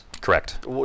Correct